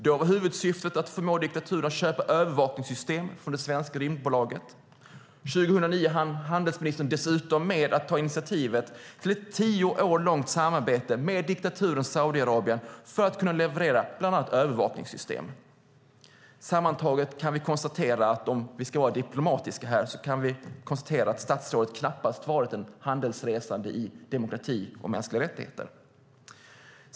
Då var huvudsyftet att förmå diktaturen att köpa övervakningssystem från det svenska Rymdbolaget. År 2009 hann handelsministern dessutom med att ta initiativet till ett tio år långt samarbete med diktaturen Saudiarabien för att kunna leverera bland annat övervakningssystem. Sammantaget kan vi konstatera, om vi ska vara diplomatiska, att statsrådet knappast varit en handelsresande i demokrati och mänskliga rättigheter.